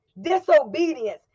Disobedience